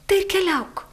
tai ir keliauk